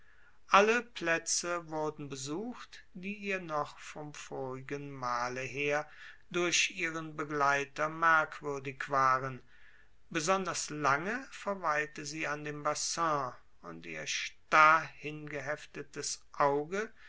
alle plätze wurden besucht die ihr noch vom vorigen male her durch ihren begleiter merkwürdig waren besonders lange verweilte sie an dem bassin und ihr starr hingeheftetes auge